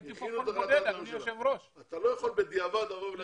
אתה לא יכול בדיעבד לבוא ולומר.